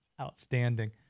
Outstanding